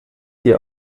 hier